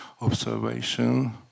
observation